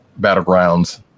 battlegrounds